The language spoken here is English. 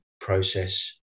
process